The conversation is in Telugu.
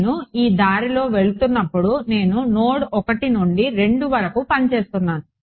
నేను ఈ దారిలో వెళ్తునప్పుడు నేను నోడ్ 1 నుండి 2 వరకు పని చేస్తున్నాను